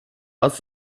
aus